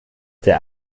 der